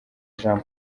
jean